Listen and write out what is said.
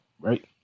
right